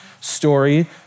story